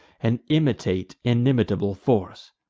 and imitate inimitable force!